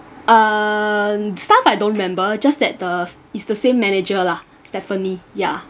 uh staff I don't remember just that the it's the same manager lah stephanie ya